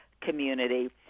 community